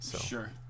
Sure